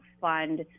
fund